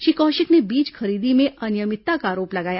श्री कौशिक ने बीज खरीदी में अनियमितता का आरोप लगाया